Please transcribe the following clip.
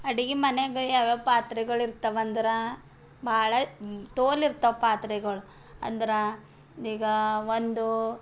ಅಡುಗೆ ಮನೆಯಾಗ ಯಾವ್ಯಾವ ಪಾತ್ರೆಗಳು ಇರ್ತಾವಂದ್ರೆ ಭಾಳ ತೋಲ್ ಇರ್ತಾವ ಪಾತ್ರೆಗಳ ಅಂದ್ರೆ ಈಗ ಒಂದು